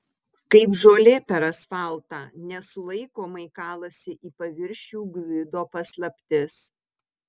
kaip žolė per asfaltą nesulaikomai kalasi į paviršių gvido paslaptis